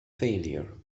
failure